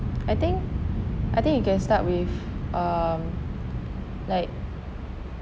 I think I think you can start with um like